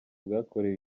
bwakorewe